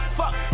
fuck